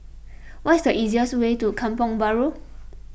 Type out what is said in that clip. what is the easiest way to Kampong Bahru